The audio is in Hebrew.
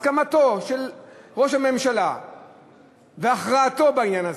הסכמתו של ראש הממשלה והכרעתו בעניין הזה,